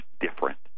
different